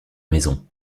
maison